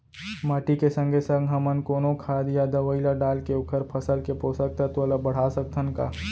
माटी के संगे संग हमन कोनो खाद या दवई ल डालके ओखर फसल के पोषकतत्त्व ल बढ़ा सकथन का?